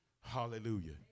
Hallelujah